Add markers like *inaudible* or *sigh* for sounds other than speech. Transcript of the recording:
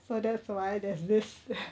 so that's why there's this *noise*